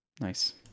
nice